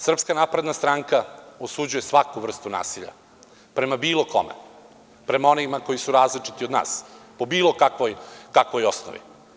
Srpska napredna stranka osuđuje svaku vrstu nasilja prema bilo kome, prema onima koji su različiti od nas, po bilo kakvoj osnovi.